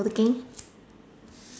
looking